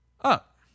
Up